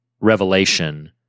Revelation